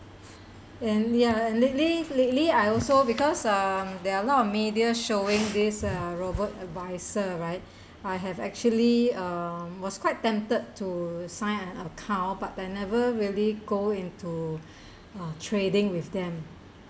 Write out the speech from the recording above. and ya lately lately I also because um there're a lot of media showing this uh Robo-Advisor right I have actually um was quite tempted to sign an account but I never really go into uh trading with them